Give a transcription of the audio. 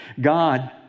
God